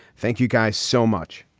thank you guys so much.